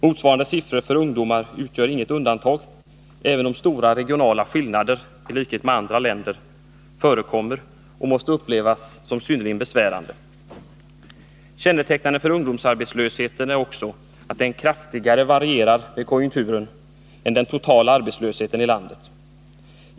Motsvarande siffror för ungdomar utgör inget undantag, även om stora regionala skillnader — i likhet med förhållandena i andra länder — förekommer och måste upplevas som synnerligen besvärande. Kännetecknande för ungdomsarbetslösheten är också att den kraftigare varierar med konjunkturerna än den totala arbetslösheten i landet.